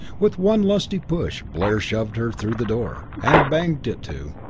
with one lusty push blair shoved her through the door, and banged it to.